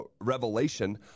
revelation